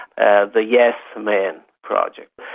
ah the yes men project.